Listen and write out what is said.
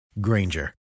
Granger